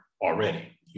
already